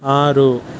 ಆರು